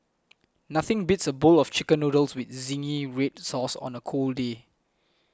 nothing beats a bowl of Chicken Noodles with Zingy Red Sauce on a cold day